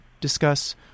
discuss